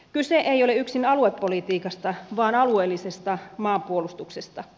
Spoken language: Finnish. kyse ei ole yksin aluepolitiikasta vaan alueellisesta maanpuolustuksesta